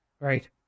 Right